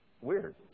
Weird